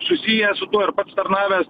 susijęs su tuo ir pats tarnavęs